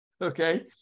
okay